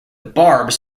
barbs